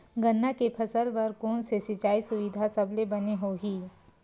गन्ना के फसल बर कोन से सिचाई सुविधा सबले बने होही?